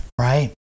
Right